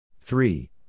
three